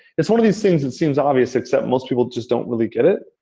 it's one of these things, it seems obvious. except most people just don't really get it.